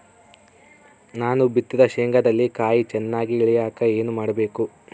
ನಾನು ಬಿತ್ತಿದ ಶೇಂಗಾದಲ್ಲಿ ಕಾಯಿ ಚನ್ನಾಗಿ ಇಳಿಯಕ ಏನು ಮಾಡಬೇಕು?